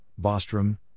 Bostrom